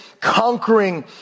conquering